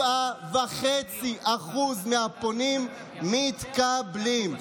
97.5% מהפונים מתקבלים.